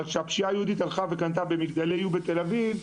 אבל כאשר היא הלכה וקנתה דירות במגדלי YOU בתל אביב,